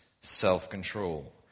self-control